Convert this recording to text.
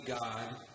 God